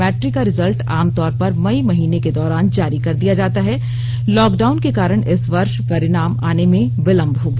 matric का result आमतौर पर मई महीने के दौरान जारी कर दिया जाता है लॉकडाउन के कारण इस वर्ष परिणाम आने में विलंब हो गया